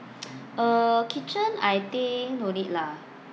uh kitchen I think no need lah